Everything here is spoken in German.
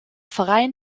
verein